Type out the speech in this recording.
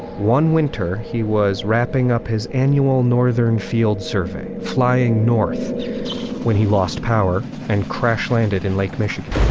one winter, he was wrapping up his annual northern field survey, flying north when he lost power and crash landed in lake michigan